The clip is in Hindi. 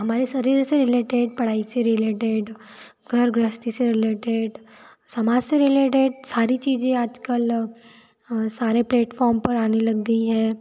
हमारे शरीर से रिलेटेड पढ़ाई से रिलेटेड घर गृहस्थी से रिलेटेड समाज से रिलेटेड सारी चीज़ें आज कल सारे प्लेटफॉम पर आने लग गई हैं